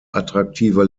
attraktive